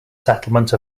settlement